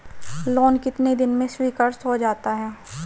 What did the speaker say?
Loan कितने दिन में स्वीकृत हो जाता है?